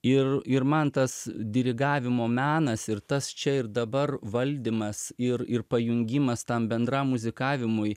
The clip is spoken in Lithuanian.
ir ir man tas dirigavimo menas ir tas čia ir dabar valdymas ir ir pajungimas tam bendram muzikavimui